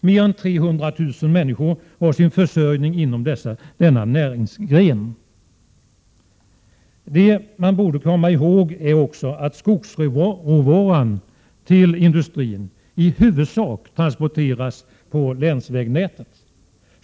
Mer än 300 000 människor har sin försörjning inom denna näringsgren. Man borde också komma ihåg att skogsråvaran till industrin i huvudsak transporteras på länsvägnätet.